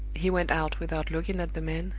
he went out without looking at the man,